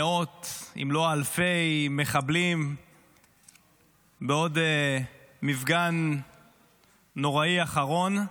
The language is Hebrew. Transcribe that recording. מאות אם לא אלפי מחבלים בעוד מפגן נוראי אחרון,